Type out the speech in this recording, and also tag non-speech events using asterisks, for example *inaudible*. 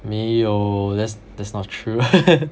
没有 that's that's not true *laughs*